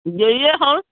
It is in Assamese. দেৰিয়ে হ'ল